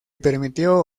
permitió